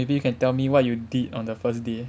maybe you can tell me what you did on the first day